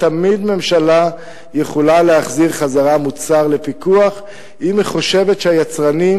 תמיד יכולה ממשלה להחזיר מוצר לפיקוח אם היא חושבת שהיצרנים